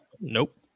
nope